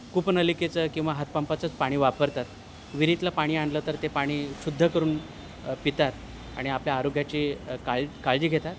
कूपनलिकेचं किंवा हातपंपाचंच पाणी वापरतात विहिरीतलं पाणी आणलं तर ते पाणी शुद्ध करून पितात आणि आपल्या आरोग्याची काळ काळजी घेतात